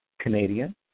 Canadian